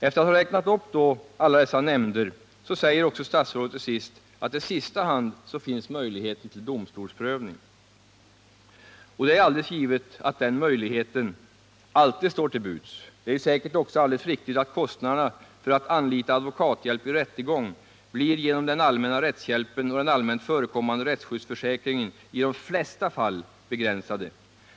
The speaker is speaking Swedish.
Efter att ha räknat upp alla dessa nämnder säger statsrådet också till slut, att isista hand finns möjligheten till domstolsprövning. Och det är alldeles givet att den möjligheten alltid står till buds. Det är säkerligen också alldeles riktigt att kostnaderna för att vid rättegång anlita advokathjälp genom den allmänna rättshjälpen och den allmänt förekommande rättsskyddsförsäkringen i de flesta fall blir begränsade.